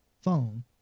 phone